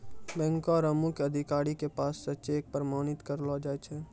बैंको र मुख्य अधिकारी के पास स चेक प्रमाणित करैलो जाय छै